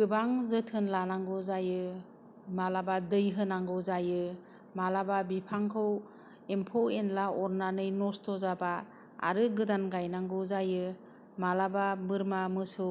गोबां जोथोन लानांगौ जायो माब्लाबा दै होनांगौ जायो माब्लाबा बिफांखौ एम्फौ एनला अरनानै नस्थ' जाब्ला आरो गोदान गायनांगौ जायो माब्लाबा बोरमा मोसौ